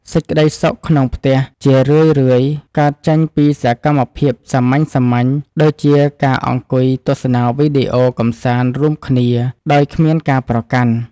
សេចក្តីសុខក្នុងផ្ទះជារឿយៗកើតចេញពីសកម្មភាពសាមញ្ញៗដូចជាការអង្គុយទស្សនាវីដេអូកម្សាន្តរួមគ្នាដោយគ្មានការប្រកាន់។